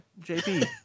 JP